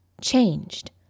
changed